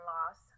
Loss